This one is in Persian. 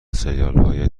سریالهای